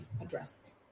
addressed